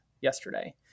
yesterday